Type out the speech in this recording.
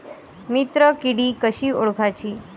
मित्र किडी कशी ओळखाची?